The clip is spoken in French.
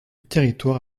territoire